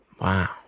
Wow